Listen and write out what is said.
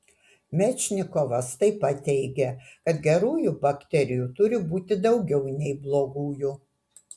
mečnikovas taip pat teigė kad gerųjų bakterijų turi būti daugiau nei blogųjų